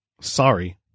sorry